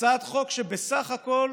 הצעת חוק שבסך הכול